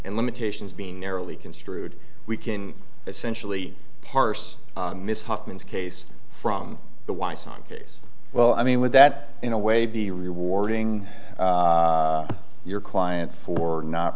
and limitations being narrowly construed we can essentially parse miss hoffman's case from the weiss on case well i mean with that in a way be rewarding your client for not